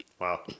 Wow